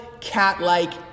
cat-like